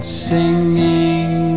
singing